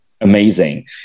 amazing